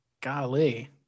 golly